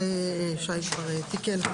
זה כבר תוקן.